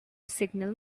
signal